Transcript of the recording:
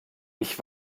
ich